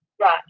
Right